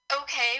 okay